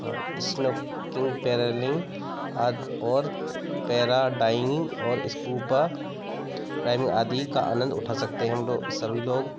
हाँ इस्नोकिंग पैरालिंग आदि और पैराडाइंगिंग और इस्कूपा ड्राइविंग आदि का आनंद उठा सकते हम लोग सभी लोग